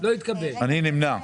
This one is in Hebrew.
מי נמנע?